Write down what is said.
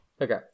Okay